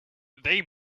they